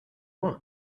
want